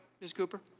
ms. cooper?